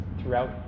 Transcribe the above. throughout